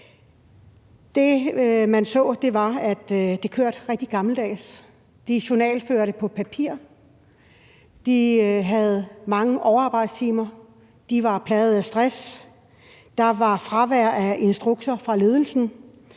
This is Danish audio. som man så, var, at det kørte rigtig gammeldags. De journalførte på papir, de havde mange overarbejdstimer, de var plaget af stress, der var fravær af instrukser fra ledelsen,